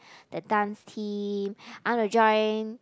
the dance team I want to join